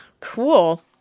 Cool